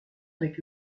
avec